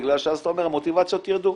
בגלל שאז אתה אומר שהמוטיבציות יירדו.